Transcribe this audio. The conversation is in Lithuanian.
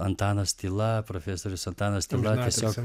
antanas tyla profesorius antanas tyla tiesiog